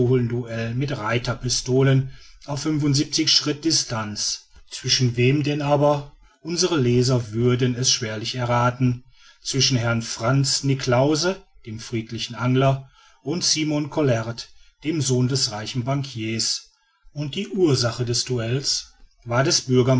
mit reiterpistolen auf fünfundsiebenzig schritt distance zwischen wem denn aber unsere leser würden es schwerlich errathen zwischen herrn frantz niklausse dem friedlichen angler und simon collaert dem sohn des reichen banquiers und die ursache des duells war des